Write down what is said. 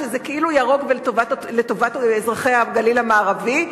וזה כאילו ירוק ולטובת אזרחי הגליל המערבי,